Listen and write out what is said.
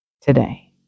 today